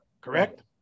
correct